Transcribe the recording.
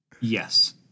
Yes